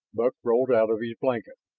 buck rolled out of his blanket.